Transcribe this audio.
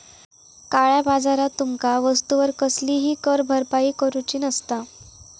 काळया बाजारात तुमका वस्तूवर कसलीही कर भरपाई करूची नसता